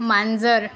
मांजर